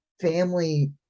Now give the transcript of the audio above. family